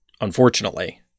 unfortunately